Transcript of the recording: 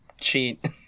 cheat